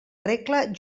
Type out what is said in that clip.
regla